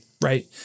Right